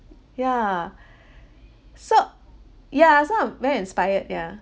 ya so ya so I'm very inspired yeah